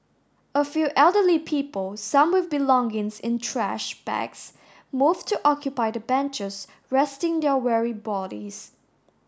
a few elderly people some with belongings in trash bags moved to occupy the benches resting their weary bodies